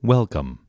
Welcome